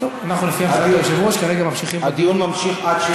הדיון נפסק?